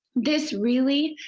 this really.